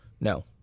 No